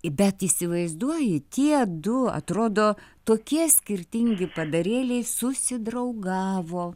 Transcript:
bet įsivaizduoji tie du atrodo tokie skirtingi padarėliai susidraugavo